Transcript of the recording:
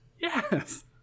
Yes